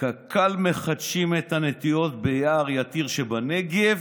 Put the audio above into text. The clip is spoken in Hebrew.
"בקק"ל מחדשים את הנטיעות ביער יתיר שבנגב,